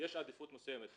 יש עדיפות מסוימת.